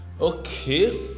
Okay